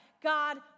God